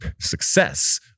success